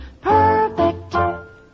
perfect